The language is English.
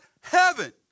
heaven